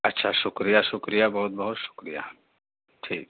اچھا شکریہ شکریہ بہت بہت شکریہ ٹھیک